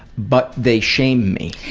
but they shame me.